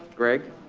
greg?